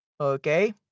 Okay